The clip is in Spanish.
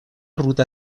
ruta